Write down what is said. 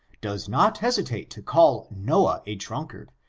does not hesitate to call noah a drunkard,